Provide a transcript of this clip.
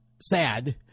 sad